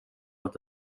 att